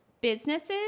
businesses